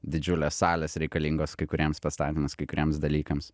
didžiulės salės reikalingos kai kuriems pastatymams kai kuriems dalykams